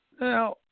Now